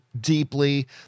deeply